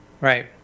Right